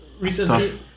Recently